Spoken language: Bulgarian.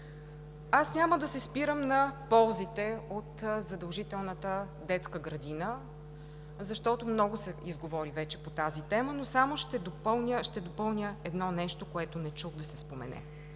Аз няма да се спирам на ползите от задължителната детска градина, защото много се изговори вече по тази тема, но само ще допълня едно нещо, което не чух да се спомене.